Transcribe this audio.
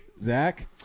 zach